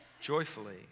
joyfully